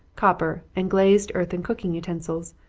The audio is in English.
copper, and glazed earthen cooking utensils.